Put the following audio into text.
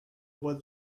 were